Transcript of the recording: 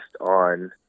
on